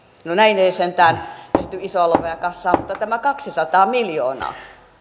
no näin ei sentään tehty isoa lovea kassaan mutta tämä kaksisataa miljoonaa